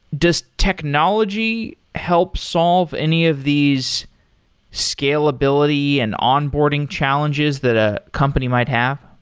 does technology help solve any of these scalability and onboarding challenges that a company might have?